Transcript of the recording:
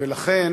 ולכן